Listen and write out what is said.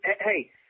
hey